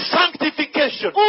sanctification